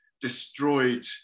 destroyed